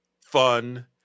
fun